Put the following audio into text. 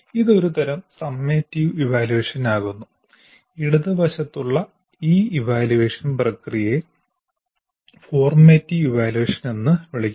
ഇതൊരു തരം summative evaluation ആകുന്നു ഇടത് വശത്തുള്ള ഈ ഇവാല്യുവേഷൻ പ്രക്രിയയെ ഫോർമാറ്റീവ് ഇവാല്യുവേഷൻ എന്ന് വിളിക്കാം